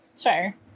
sure